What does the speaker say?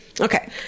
Okay